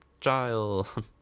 child